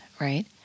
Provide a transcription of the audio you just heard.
right